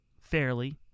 fairly